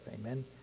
amen